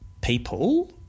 people